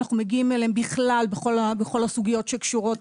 אנחנו מגיעים אליהם בכלל בכל הסוגיות שקשורות